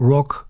Rock